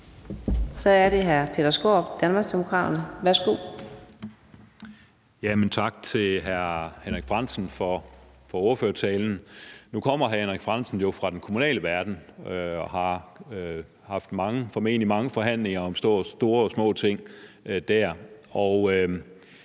Så er det hr. Peter Skaarup, Danmarksdemokraterne. Værsgo. Kl. 17:51 Peter Skaarup (DD): Tak til hr. Henrik Frandsen for ordførertalen. Nu kommer hr. Henrik Frandsen jo fra den kommunale verden og har formentlig haft mange forhandlinger om store og små ting der.